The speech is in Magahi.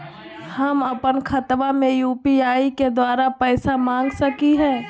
हम अपन खाता में यू.पी.आई के द्वारा पैसा मांग सकई हई?